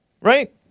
Right